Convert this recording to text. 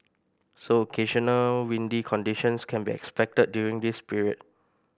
so occasional windy conditions can be expected during this period